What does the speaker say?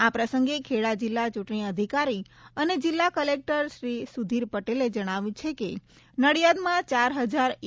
આ પ્રસંગે ખેડા જિલ્લા ચૂંટણી અધિકારી અને જિલ્લા કલેક્ટર શ્રી સુધીર પટેલે જણાવ્યું છે કે નડીયાદમાં ચાર હજાર ઇ